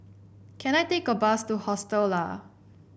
can I take a bus to Hostel Lah